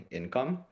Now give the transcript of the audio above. income